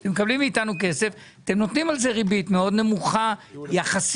אתם נותנים על זה ריבית מאוד נמוכה יחסית